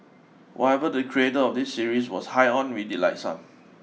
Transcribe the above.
whatever the creator of this series was high on we'd like some